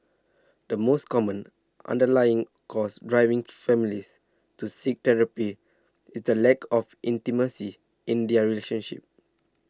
the most common underlying cause driving families to seek therapy is the lack of intimacy in their relationships